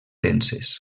denses